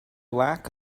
lack